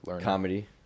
comedy